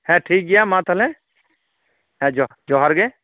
ᱦᱮᱸ ᱴᱷᱤᱠ ᱜᱮᱭᱟ ᱢᱟ ᱛᱟᱦᱚᱞᱮ ᱦᱮᱸ ᱡᱚ ᱡᱚᱦᱟᱨ ᱜᱮ